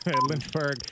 Lynchburg